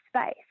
space